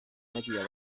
bariya